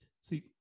See